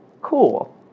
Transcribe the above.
cool